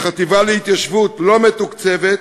שהחטיבה להתיישבות לא מתוקצבת.